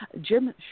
Jim